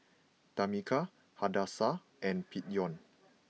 Tamika Hadassah and Peyton